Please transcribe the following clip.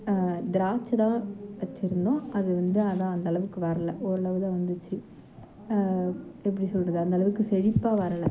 திராட்சை தான் வச்சுருந்தோம் அது வந்து அதுதான் அந்த அளவுக்கு வரலை ஓரளவு தான் வந்துச்சு எப்படி சொல்கிறது அந்த அளவுக்கு செழிப்பாக வரலை